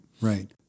right